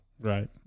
right